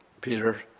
Peter